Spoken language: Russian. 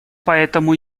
поэтому